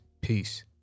Peace